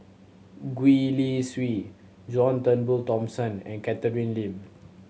Gwee Li Sui John Turnbull Thomson and Catherine Lim